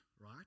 right